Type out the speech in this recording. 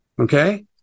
Okay